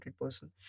person